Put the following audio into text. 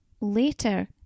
later